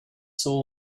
soul